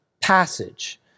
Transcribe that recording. passage